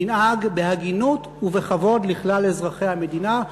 ננהג בהגינות ובכבוד לכלל אזרחי המדינה,